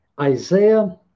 Isaiah